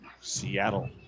Seattle